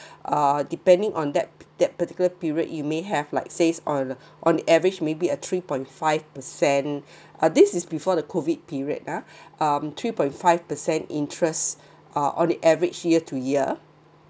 uh depending on that that particular period you may have like says oil on the average maybe a three point five percent uh this is before the COVID period ah um three point five percent interest uh on the average year to year